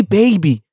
baby